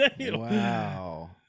Wow